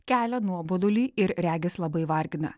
kelia nuobodulį ir regis labai vargina